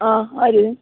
ആ ആര്